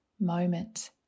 moment